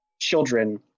children